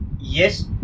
Yes